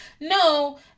No